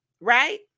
right